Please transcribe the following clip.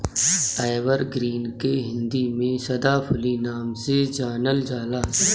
evergreen के हिंदी में सदाफुली नाम से जानल जाला